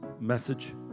message